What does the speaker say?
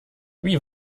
wie